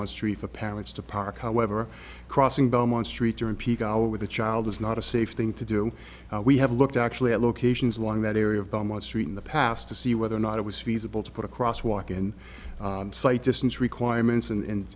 beaumont street for parents to park however crossing beaumont street during peak hour with a child is not a safe thing to do we have looked actually at locations along that area of belmont street in the past to see whether or not it was feasible to put a cross walk in sight distance requirements and